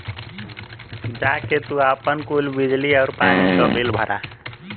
जा के तू आपन कुल बिजली आउर पानी क बिल भरा